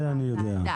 את זה אני יודע.